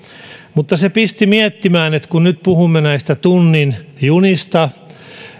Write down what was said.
mutta se pisti miettimään nyt puhumme näistä tunnin junista